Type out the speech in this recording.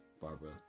Barbara